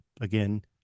Again